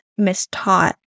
mistaught